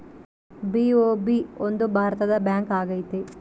BOB ಒಂದು ಭಾರತದ bank ಆಗೈತೆ